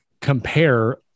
compare